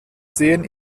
sehen